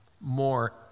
more